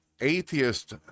Atheist